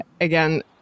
again